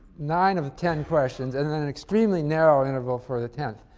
nine of ten questions and then an extremely narrow interval for the tenth.